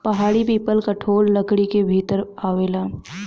पहाड़ी पीपल कठोर लकड़ी के भीतर आवेला